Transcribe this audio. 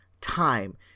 time